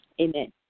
Amen